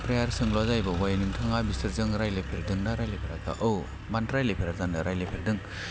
ओमफ्राय आरो सोंलुआ जाहैबावबाय नोंथाङा बिसोरजों रायज्लायफेरदोंना रायज्लायफेराखै औ मानो रायज्लायफेरा जानो रायज्लायफेरदों